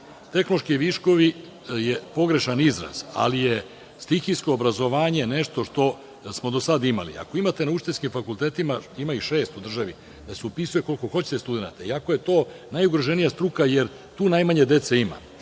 Tehnološki viškovi je pogrešan izraz, ali je stihijsko obrazovanje nešto što smo do sada imali. Ako imate na učiteljskim fakultetima, ima ih šest u državi, da se upisuje koliko hoćete studenata, iako je to najugroženija struka, jer tu najmanje dece ima,